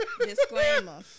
Disclaimer